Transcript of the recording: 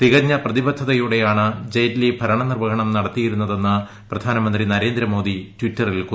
തിക്ഞ്ഞ പ്രതിബദ്ധതയോടെയാണ് ജയ്റ്റ്ലി ഭരണനിർവ്വഹണം നടത്തിയിരുന്നതെന്ന് പ്രധാനമന്ത്രി നരേന്ദ്രമോദി ടിറ്ററിൽ കുറിച്ചു